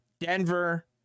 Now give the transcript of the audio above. Denver